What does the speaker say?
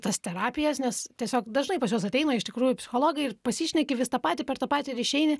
tas terapijas nes tiesiog dažnai pas juos ateina iš tikrųjų psichologai ir pasišneki vis tą patį per tą patį ir išeini